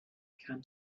can